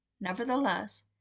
Nevertheless